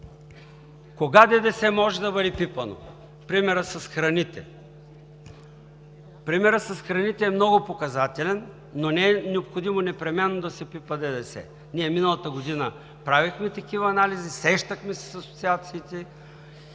Кога ДДС може да бъде пипано примерно при храните? Примерът с храните е много показателен, но не е необходимо непременно да се пипа ДДС. Миналата година правихме такива анализи, срещахме се с асоциациите